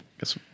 guess